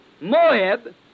Moab